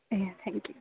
એ હા થેન્ક્યુ